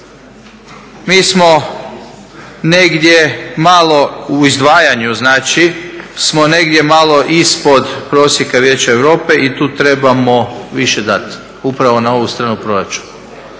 mi smo negdje malo u izdvajanju znači smo negdje malo ispod prosjeka Vijeća Europe i tu trebamo više dati, upravo na ovu stranu proračuna.